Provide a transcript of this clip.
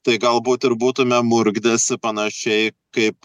tai galbūt ir būtume murkdęsi panašiai kaip